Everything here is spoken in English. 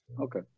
Okay